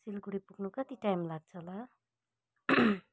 सिलगढी पुग्न कति टाइम लाग्छ होला